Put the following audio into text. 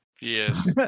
Yes